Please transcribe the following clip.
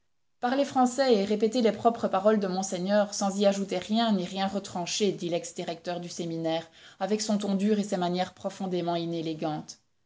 parlez français et répétez les propres paroles de monseigneur sans y ajouter rien ni rien retrancher dit lex directeur du séminaire avec son ton dur et ses manières profondément